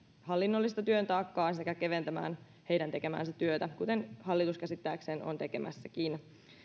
hallinnollista työtaakkaa sekä keventämään heidän tekemäänsä työtä kuten hallitus käsittääkseni on tekemässäkin